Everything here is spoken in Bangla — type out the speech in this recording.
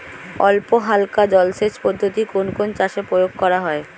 অল্পহালকা জলসেচ পদ্ধতি কোন কোন চাষে প্রয়োগ করা হয়?